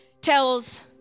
tells